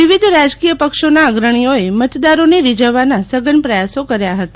વિવિધ રાજકીય પક્ષોના અગ્રણીઓએ મતદારોને રીઝવવાના સઘન પ્રયાસો કર્યા હતા